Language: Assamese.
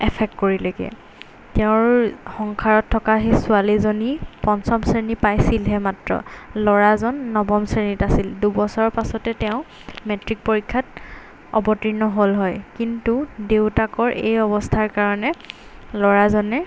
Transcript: এফেক্ট কৰিলেগৈ তেওঁৰ সংসাৰত থকা সেই ছোৱালীজনী পঞ্চম শ্ৰেণী পাইছিলহে মাত্ৰ ল'ৰাজন নৱম শ্ৰেণীত আছিল দুবছৰ পাছতে তেওঁ মেট্ৰিক পৰীক্ষাত অৱতীৰ্ণ হ'ল হয় কিন্তু দেউতাকৰ এই অৱস্থাৰ কাৰণে ল'ৰাজনে